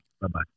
Bye-bye